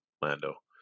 Lando